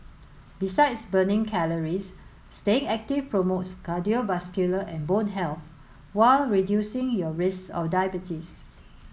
besides burning calories staying active promotes cardiovascular and bone health while reducing your risk of diabetes